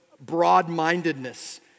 broad-mindedness